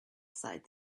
sighed